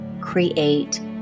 create